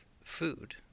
food